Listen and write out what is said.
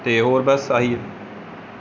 ਅਤੇ ਹੋਰ ਬਸ ਆਹੀ ਹੈ